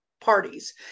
parties